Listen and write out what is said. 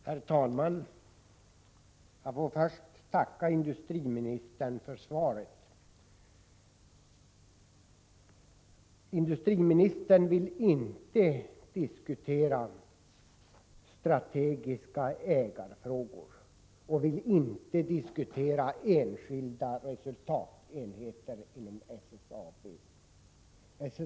Herr talman! Jag får först tacka industriministern för svaret. Industriministern vill inte diskutera strategiska ägarfrågor och vill inte heller diskutera enskilda resultatenheter inom SSAB.